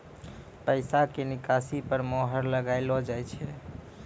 पैसा के निकासी पर मोहर लगाइलो जाय छै